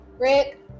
Rick